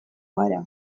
gara